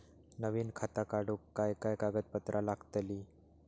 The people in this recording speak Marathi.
नवीन खाता काढूक काय काय कागदपत्रा लागतली?